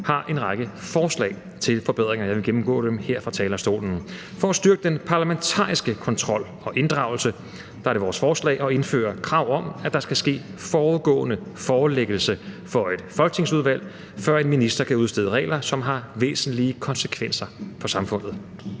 har en række forslag til forbedringer, og jeg vil gennemgå dem her fra talerstolen. For at styrke den parlamentariske kontrol og inddragelse er det vores forslag at indføre krav om, at der skal ske en forudgående forelæggelse for et folketingsudvalg, før en minister kan udstede regler, som har væsentlige konsekvenser for samfundet,